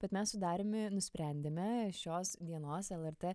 bet mes su dariumi nusprendėme šios dienos lrt